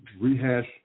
rehash